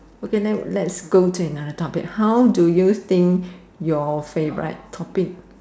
okay then let's go to another topic how do you think your favorite topic